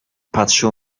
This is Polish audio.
patrzył